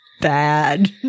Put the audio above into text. bad